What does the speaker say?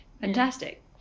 Fantastic